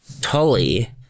Tully